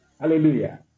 Hallelujah